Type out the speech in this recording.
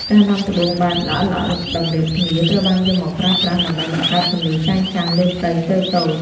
ការដាំត្បូងបែប ល្អិតៗតម្រៀបគ្នា ត្រូវបានយកមកប្រើដើម្បីបង្កើតពន្លឺចែងចាំងលើផ្ទៃតូចៗ។